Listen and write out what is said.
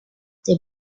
they